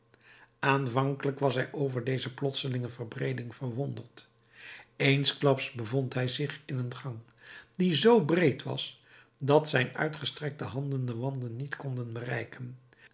aanvankelijk was hij over deze plotselinge verbreeding verwonderd eensklaps bevond hij zich in een gang die zoo breed was dat zijn uitgestrekte handen de wanden niet konden bereiken